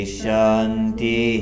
shanti